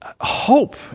hope